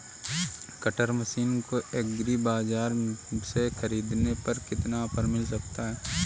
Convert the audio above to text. Cutter machine को Agribazaar से ख़रीदने पर कितना ऑफर मिल सकता है?